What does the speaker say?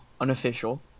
unofficial